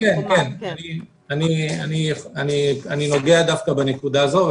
אני נוגע דווקא בנקודה הזאת.